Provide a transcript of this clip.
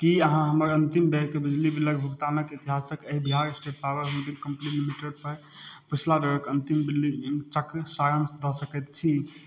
की अहाँ हमरा अंतिम बेरके बिजली बिलक भुगतानक इतिहासक एहि Bihar state power holding company limited पर पिछला बेरक अन्तिम बिलिंग चक्र सारांश दऽ सकैत छी